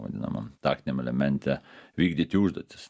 vadinamam taktiniam elemente vykdyti užduotis